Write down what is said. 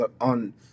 on